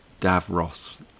Davros